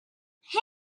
hey